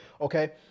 okay